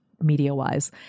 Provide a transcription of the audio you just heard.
media-wise